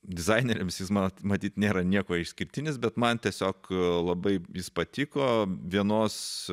dizaineriams jis mano matyt nėra niekuo išskirtinis bet man tiesiog labai patiko vienos